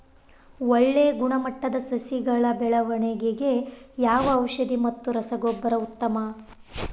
ಒಳ್ಳೆ ಗುಣಮಟ್ಟದ ಸಸಿಗಳ ಬೆಳವಣೆಗೆಗೆ ಯಾವ ಔಷಧಿ ಮತ್ತು ರಸಗೊಬ್ಬರ ಉತ್ತಮ?